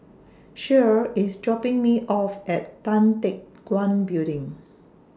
Shirl IS dropping Me off At Tan Teck Guan Building